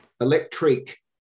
Electric